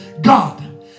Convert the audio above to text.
God